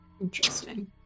Interesting